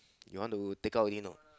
you want to take out already no